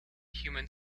human